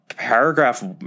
Paragraph